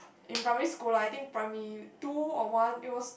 in primary school lah I think primary two or one it was